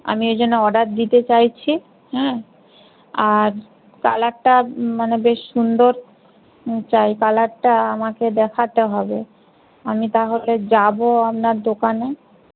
আমি এ জন্য অর্ডার দিতে চাইছি হ্যাঁ আর কালারটা মানে বেশ সুন্দর চাই কালারটা আমাকে দেখাতে হবে আমি তাহলে যাব আপনার দোকানে